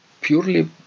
purely